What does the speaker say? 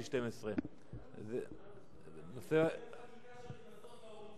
12. גם לקדם חקיקה של קנסות להורים שלהם.